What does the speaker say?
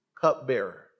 cupbearer